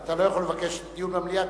אתה לא יכול לבקש דיון במליאה,